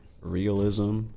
Realism